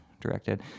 directed